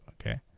okay